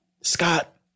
Scott